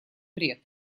бред